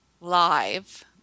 live